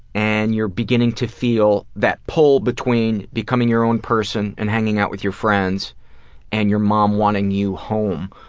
and you're beginning to feel that pull between becoming your own person and hanging out with your friends and your mom wanting you home.